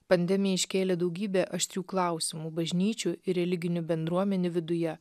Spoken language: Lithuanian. pandemija iškėlė daugybę aštrių klausimų bažnyčių ir religinių bendruomenių viduje